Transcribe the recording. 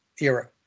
era